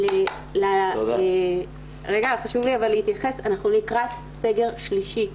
אנחנו לקראת סגר שלישי.